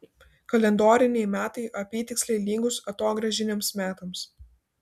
kalendoriniai metai apytiksliai lygūs atogrąžiniams metams